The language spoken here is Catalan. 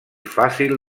fàcil